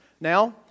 Now